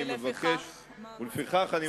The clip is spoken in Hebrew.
ולפיכך?